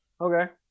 Okay